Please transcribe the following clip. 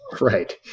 Right